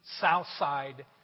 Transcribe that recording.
Southside